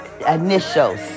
Initials